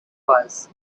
was